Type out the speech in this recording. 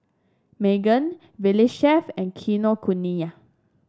Megan Valley Chef and Kinokuniya